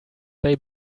they